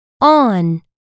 on